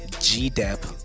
G-Dep